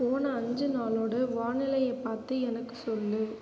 போன அஞ்சு நாளோட வானிலையை பார்த்து எனக்கு சொல்